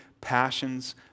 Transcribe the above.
passions